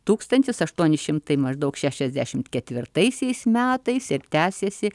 tūkstantis aštuoni šimtai maždaug šešiasdešim ketvirtaisiais metais ir tęsėsi